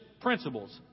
principles